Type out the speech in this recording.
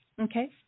okay